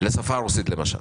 למשל,